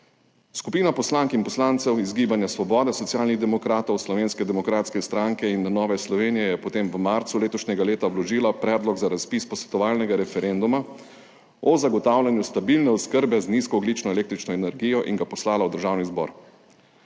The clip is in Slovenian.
Skupina poslank in poslancev iz Gibanja Svoboda, Socialnih demokratov, Slovenske demokratske stranke in Nove Slovenije je potem v marcu letošnjega leta vložila Predlog za razpis posvetovalnega referenduma o zagotavljanju stabilne oskrbe z nizkoogljično električno energijo in ga poslala v Državni zbor.